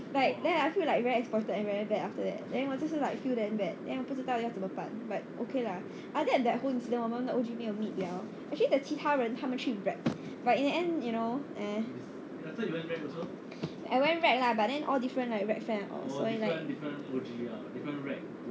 like then I feel like very exploited and very bad after that then 我真是不知道要怎么办 but okay lah I think after that whole 我们的 O_G never meet liao actually the 其他人他们去 recc~ but in the end you know meh I went recc~ lah but then all different like recc~ fam~ 所以 like